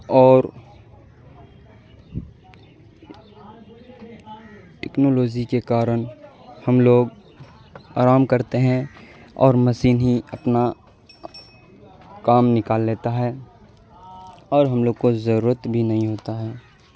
اور ٹیکنالوجی کے کارن ہم لوگ آرام کرتے ہیں اور مشین ہی اپنا کام نکال لیتا ہے اور ہم لوگ کو ضرورت بھی نہیں ہوتا ہے